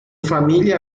familia